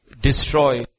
destroy